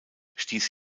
stiess